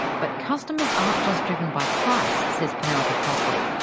but customers aren't just driven by price, says penelope crossley.